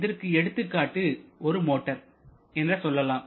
இதற்கு எடுத்துக்காட்டு ஒரு மோட்டர் என்ன சொல்லலாம்